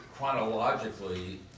Chronologically